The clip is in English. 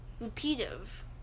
repetitive